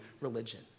religion